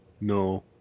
No